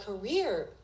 career